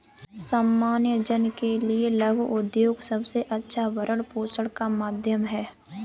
सामान्य जन के लिये लघु उद्योग सबसे अच्छा भरण पोषण का माध्यम है